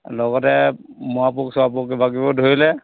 লগতে পোক পোক লাগিব ধৰিলে